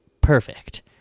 perfect